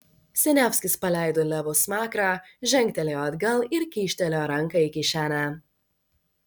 siniavskis paleido levo smakrą žengtelėjo atgal ir kyštelėjo ranką į kišenę